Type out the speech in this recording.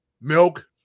milk